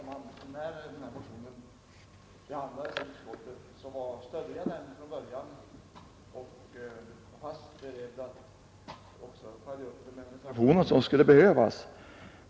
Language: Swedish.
Herr talman! När denna motion behandlades i utskottet stödde jag den från början och var beredd att också följa upp den med en reservation, om så skulle behövas.